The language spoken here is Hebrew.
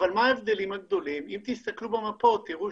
אבל אם תסתכלו במפות, תראו